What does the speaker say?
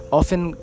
often